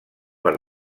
pel